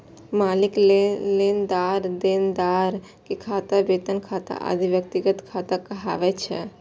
मालिक, लेनदार, देनदार के खाता, वेतन खाता आदि व्यक्तिगत खाता कहाबै छै